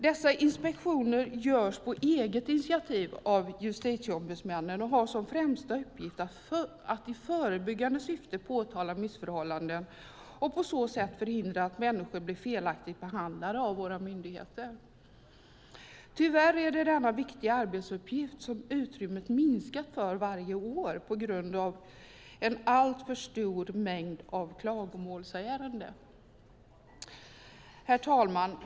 Dessa inspektioner görs på eget initiativ av Justitieombudsmännen och har som främsta uppgift att i förebyggande syfte påtala missförhållanden och på så sätt förhindra att människor blir felaktigt behandlade av våra myndigheter. Tyvärr minskar utrymmet för denna viktiga arbetsuppgift för varje år på grund av en alltför stor mängd klagomålsärenden. Herr talman!